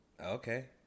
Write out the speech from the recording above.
Okay